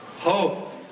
Hope